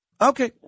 Okay